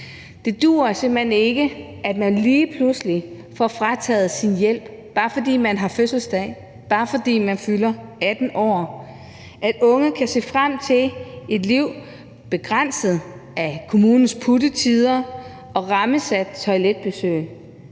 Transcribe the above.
Det duer simpelt hen ikke, at man lige pludselig får frataget sin hjælp, bare fordi man har fødselsdag, og bare fordi man fylder 18 år. At unge kan se frem til et liv begrænset af kommunens puttetider og rammesatte toiletbesøg,